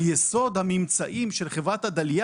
על יסוד הממצאים של חברת עדליא